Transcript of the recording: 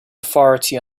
authority